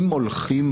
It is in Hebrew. אם הולכים